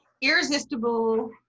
irresistible